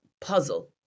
puzzle